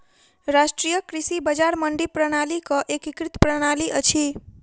राष्ट्रीय कृषि बजार मंडी प्रणालीक एकीकृत प्रणाली अछि